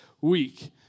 week